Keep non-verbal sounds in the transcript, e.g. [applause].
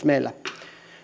[unintelligible] meillä